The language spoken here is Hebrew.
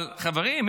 אבל חברים,